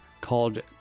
called